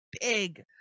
big